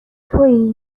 توئی